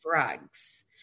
drugs